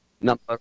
number